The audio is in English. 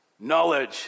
Knowledge